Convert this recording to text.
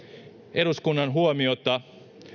eduskunnan huomiota